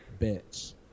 Bitch